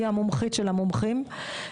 היא המומחית של המומחים.